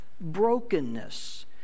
brokenness